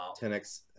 10X